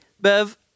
Bev